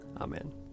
Amen